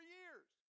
years